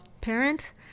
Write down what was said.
parent